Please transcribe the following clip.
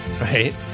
right